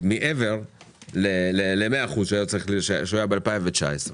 מעבר ל-100 אחוזים בהם הוא היה ב-2019,